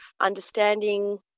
understanding